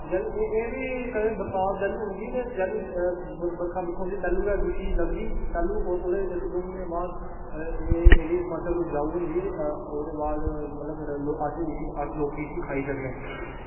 एह्बी बरसात जैलूं औंदी जैलूं बर्खा औंदी ते जैलूं गै गुच्छी लगदी तैलूं गै इक्क दौ दिन बाद एह्दी फसल उपजाऊ होंदी ते ओह्दे बाद अस लोग इसी खाई सकने